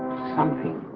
something